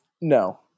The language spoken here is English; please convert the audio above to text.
No